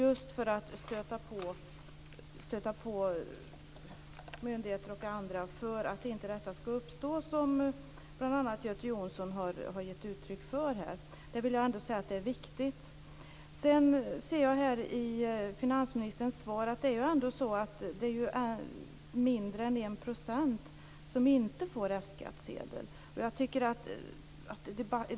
Det gällde att stöta på myndigheter och andra för att det som bl.a. Göte Jonsson här har gett uttryck för inte skall uppstå. Det är viktigt. Jag ser i finansministerns svar att det är mindre än 1 % som inte får F-skattsedel.